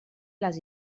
les